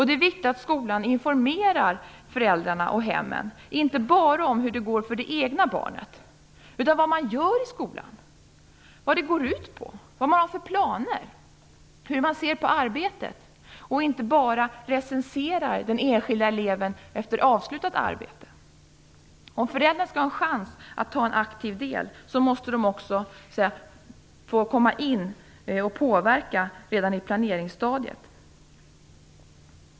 Det är viktigt att skolan informerar föräldrarna och hemmen, inte bara om hur det går för det egna barnet, utan om vad man gör i skolan, vad det går ut på, vad man har för planer, hur man ser på arbetet. Man skall inte bara recensera den enskilda eleven efter avslutat arbete. Om föräldrarna skall ha en chans att ta en aktiv del måste de också få komma in och påverka redan i planeringsstadiet.